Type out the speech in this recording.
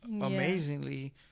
amazingly